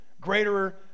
greater